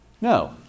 No